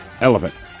Elephant